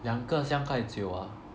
两个三块九 ah